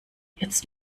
jetzt